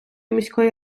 міської